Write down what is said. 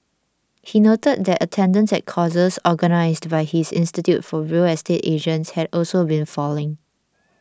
he noted that attendance at courses organised by his institute for real estate agents had also been falling